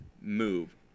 move